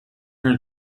her